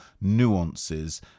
nuances